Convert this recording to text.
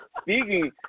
Speaking